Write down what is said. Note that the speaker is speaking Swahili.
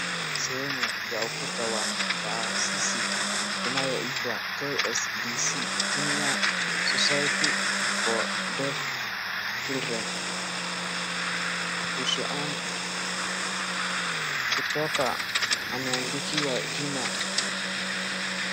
Sehemu ya ukuta wa taasisi inayoitwa KSDC, Kenya Society For Deaf Children, Husuan kutoka ameandikiwa jina.